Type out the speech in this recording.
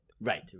Right